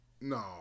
No